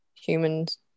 humans